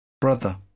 Brother